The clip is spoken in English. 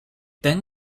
then